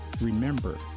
remember